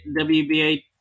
WBA